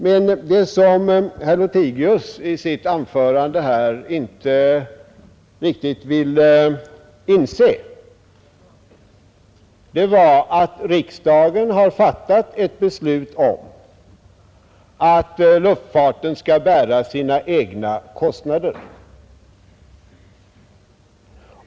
Men vad herr Lothigius i sitt anförande inte riktigt ville inse var att riksdagen fattat ett beslut om att luftfarten skall bära sina egna kostnader.